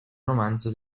romanzo